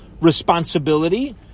responsibility